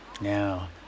Now